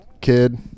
kid